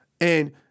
And-